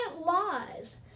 lies